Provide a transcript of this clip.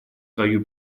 свою